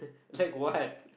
check what